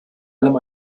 allem